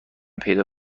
پیدا